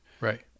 Right